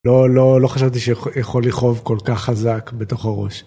לא, לא, לא חשבתי שיכול לכאוב כל כך חזק בתוך הראש.